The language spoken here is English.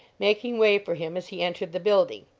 making way for him as he entered the building,